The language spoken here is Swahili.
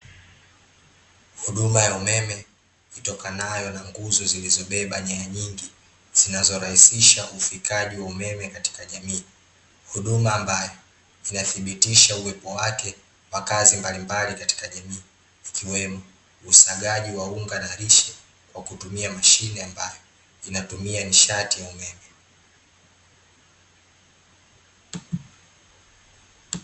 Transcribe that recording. Huduma ya umeme, itokanayo na nguzo zilizobeba nyaya nyingi, zinazorahisisha ufikaji wa umeme katika jamii. Huduma ambayo, inathibitisha uwepo wake wa kazi mbalimbali katika jamii, ikiwemo usagaji wa unga na lishe, kwa kutumia mashine ambayo, inatumia nishati ya umeme.